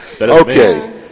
Okay